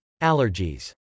Allergies